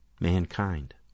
mankind